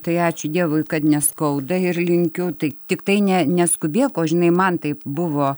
tai ačiū dievui kad neskauda ir linkiu tai tiktai ne neskubėk o žinai man taip buvo